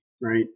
right